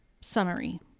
Summary